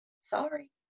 sorry